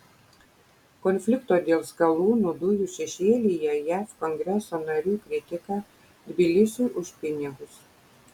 konflikto dėl skalūnų dujų šešėlyje jav kongreso narių kritika tbilisiui už pinigus